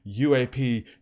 UAP